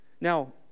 Now